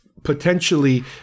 Potentially